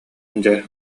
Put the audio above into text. дьэ